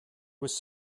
was